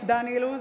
דן אילוז,